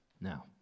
Now